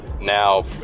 now